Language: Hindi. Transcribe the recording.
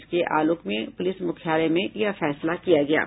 इसके आलोक में पुलिस मुख्यालय में यह फैसला किया है